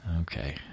Okay